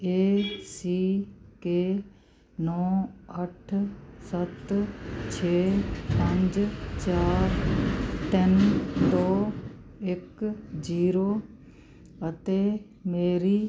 ਏ ਸੀ ਕੇ ਨੌ ਅੱਠ ਸੱਤ ਛੇ ਪੰਜ ਚਾਰ ਤਿੰਨ ਦੋ ਇੱਕ ਜੀਰੋ ਅਤੇ ਮੇਰੀ